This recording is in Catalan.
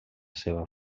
seva